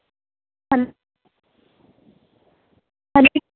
hello hello